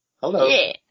Hello